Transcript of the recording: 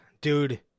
dude